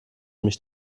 mich